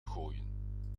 gooien